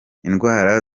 indwara